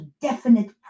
definite